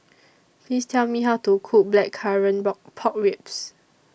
Please Tell Me How to Cook Blackcurrant Pork Ribs